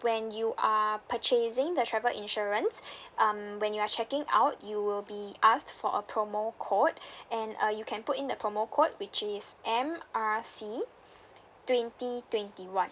when you are purchasing the travel insurance um when you are checking out you will be asked for a promo code and uh you can put in the promo code which is M R C twenty twenty one